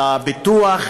לביטוח,